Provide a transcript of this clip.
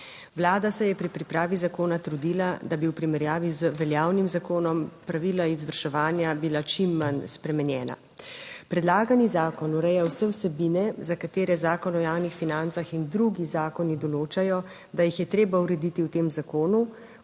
Vlada se je pri pripravi zakona trudila, da bi v primerjavi z veljavnim zakonom pravila izvrševanja bila čim manj spremenjena. Predlagani zakon ureja vse vsebine, za katere Zakon o javnih financah in drugi zakoni določajo, da jih je treba urediti v tem zakonu.